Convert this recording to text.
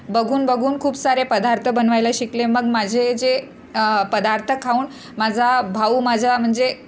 बघून बघून खूप सारे पदार्थ बनवायला शिकले मग माझे जे पदार्थ खाऊन माझा भाऊ माझा म्हणजे